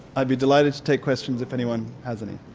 i'd be delighted to take questions if anyone has any.